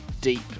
deep